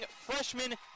freshman